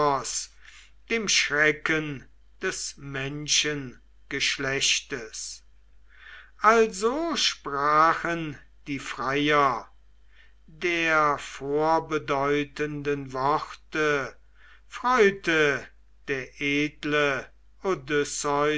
dem schrecken des menschengeschlechtes also sprachen die freier der vorbedeutenden worte freute der edle